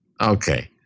Okay